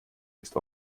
ist